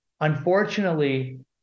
Unfortunately